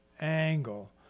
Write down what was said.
angle